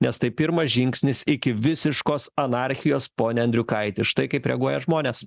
nes tai pirmas žingsnis iki visiškos anarchijos pone andriukaiti štai kaip reaguoja žmonės